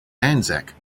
anzac